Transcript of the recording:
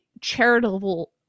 charitable